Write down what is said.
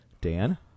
Dan